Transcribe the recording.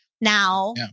Now